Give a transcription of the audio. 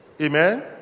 Amen